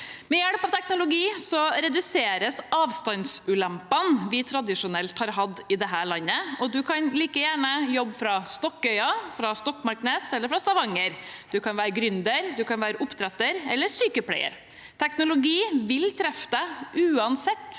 Ved hjelp av teknologi reduseres avstandsulempene vi tradisjonelt har hatt i dette landet, og man kan like gjerne jobbe fra Stokkøya, Stokmarknes eller Stavanger. Man kan være gründer, oppdretter eller sykepleier. Teknologi vil treffe en uansett